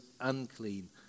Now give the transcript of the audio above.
unclean